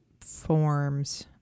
forms